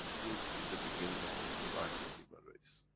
we'll see the beginning of a new life for human race.